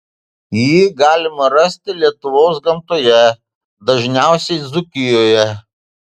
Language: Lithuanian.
jį galima rasti lietuvos gamtoje dažniausiai dzūkijoje